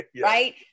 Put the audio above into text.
right